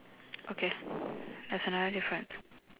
okay there's another difference